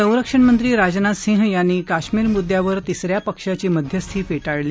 संरक्षण मंत्री राजनाथ सिंह यांनी काश्मीर मुद्द्यावर तिस या पक्षाची मध्यस्थी फेटाळली